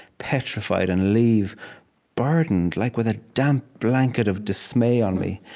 petrified, and leave burdened, like with a damp blanket of dismay on me.